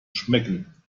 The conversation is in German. schmecken